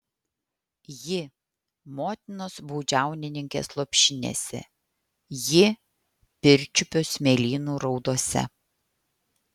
ji motinos baudžiauninkės lopšinėse ji pirčiupio smėlynų raudose